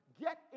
get